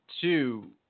two